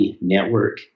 network